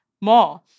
more